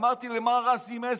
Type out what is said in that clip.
אמרתי למר אסי מסינג,